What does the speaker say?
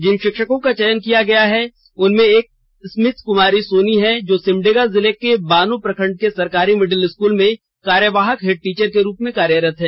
जिन शिक्षकों का चयन किया गया है उनमें एक स्मिथ कुमार सोनी हैं जो सिमडेगा जिले के बानो प्रखंड के सरकारी मिडिल स्कूल में कार्यवाहक हेड टीचर के रूप में कार्यरत हैं